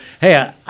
Hey